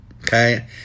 okay